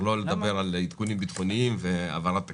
לא מדבר על עדכונים ביטחוניים והעברת תקציב.